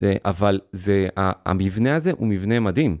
אבל... זה... המבנה הזה הוא מבנה מדהים.